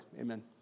amen